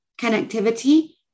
connectivity